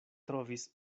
trovis